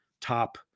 top